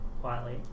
quietly